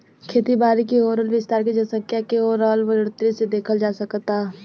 खेती बारी के हो रहल विस्तार के जनसँख्या के हो रहल बढ़ोतरी से देखल जा सकऽता